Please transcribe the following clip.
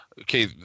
okay